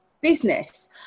business